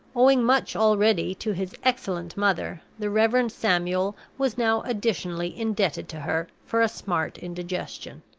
owing much already to his excellent mother, the reverend samuel was now additionally indebted to her for a smart indigestion.